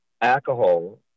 alcohol